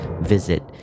visit